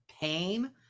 pain